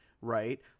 right